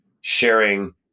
sharing